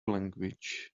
language